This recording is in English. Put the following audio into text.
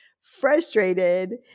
frustrated